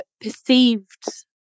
perceived